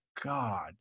god